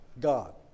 God